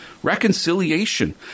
Reconciliation